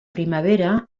primavera